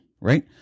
Right